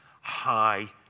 high